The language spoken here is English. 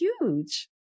huge